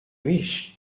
wish